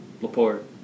Laporte